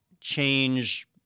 change